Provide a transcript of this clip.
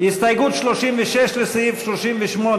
הסתייגות 36 לסעיף 38,